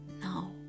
now